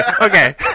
Okay